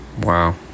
Wow